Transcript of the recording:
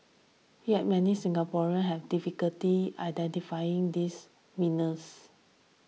here yet many Singaporeans have difficulty identifying these winners